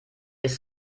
ist